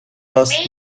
ask